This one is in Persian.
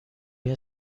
این